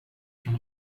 från